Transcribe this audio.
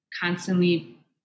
constantly